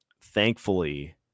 thankfully